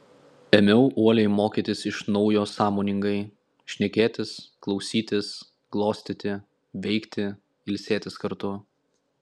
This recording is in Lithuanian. ėmiau uoliai mokytis iš naujo sąmoningai šnekėtis klausytis glostyti veikti ilsėtis kartu